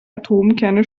atomkerne